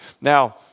Now